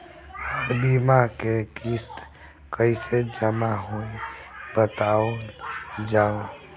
हमर बीमा के किस्त कइसे जमा होई बतावल जाओ?